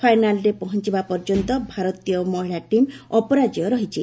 ଫାଇନାଲ୍ରେ ପହଞ୍ଚିବା ପର୍ଯ୍ୟନ୍ତ ଭାରତୀୟ ମହିଳା ଟିମ୍ ଅପରାଜେୟ ରହିଛି